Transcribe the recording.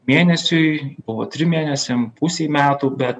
mėnesiui buvo trim mėnesiam pusei metų bet